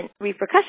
repercussions